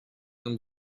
and